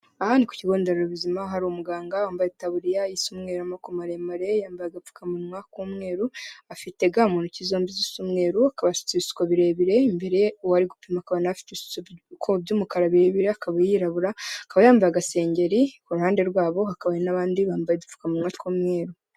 Aha ni ku kigo nderabuzima hari umuganga wambaye itaburiya isa umwero amaboko maremare yambaye agapfukamunwa k'umweru afite ga mutoki zombi zisa umweru akaba asutse ibisuko birebire imbere uwari gupima akaba anafite by'umukara birebire akaba yirabura akaba yambaye agasengeri ku ruhande rwabo haka n'abandi bambaye udupfukamunwa tw'umweru.